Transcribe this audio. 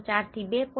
4 થી 2